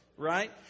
Right